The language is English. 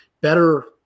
better